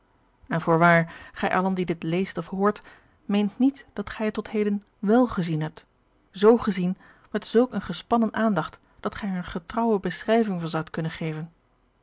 en voorwaar gij allen die dit leest of hoort meent niet dat gij het tot heden wèl gezien hebt z gezien met zulk een gespannen aan dat gij er een getrouwe beschrijving van zoudt kunnen geven